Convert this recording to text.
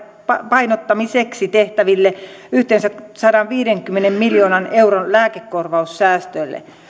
tasapainottamiseksi tehtäville yhteensä sadanviidenkymmenen miljoonan euron lääkekorvaussäästöille